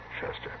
Chester